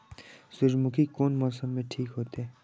सूर्यमुखी कोन मौसम में ठीक होते?